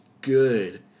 good